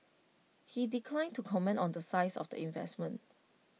he declined to comment on the size of the investment